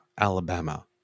Alabama